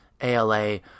ALA